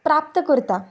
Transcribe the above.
प्राप्त करता